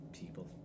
people